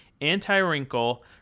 anti-wrinkle